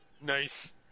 nice